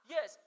Yes